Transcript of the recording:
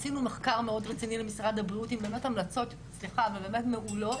עשינו מחקר מאד רציני למשרד הבריאות עם המלצות באמת מעולות,